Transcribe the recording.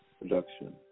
Production